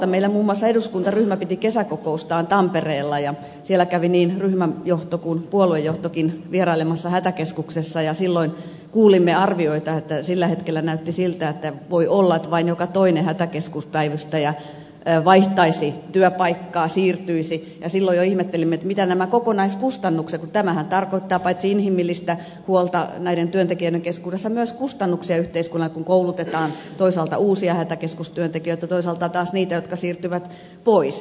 meillä muun muassa eduskuntaryhmä piti kesäkokoustaan tampereella ja siellä kävivät niin ryhmän johto kuin puoluejohtokin vierailemassa hätäkeskuksessa ja silloin kuulimme arvioita että sillä hetkellä näytti siltä että voi olla että vain joka toinen hätäkeskuspäivystäjä vaihtaisi työpaikkaa siirtyisi ja silloin jo ihmettelimme mitä ovat nämä kokonaiskustannukset kun tämähän tarkoittaa paitsi inhimillistä huolta näiden työntekijöiden keskuudessa myös kustannuksia yhteiskunnalle kun koulutetaan toisaalta uusia hätäkeskustyöntekijöitä toisaalta taas niitä jotka siirtyvät pois